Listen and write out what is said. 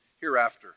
hereafter